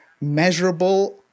measurable